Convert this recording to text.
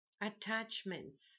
attachments